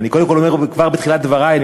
אני קודם כול אומר לכם כבר בתחילת דברי שאני